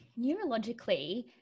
neurologically